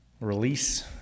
release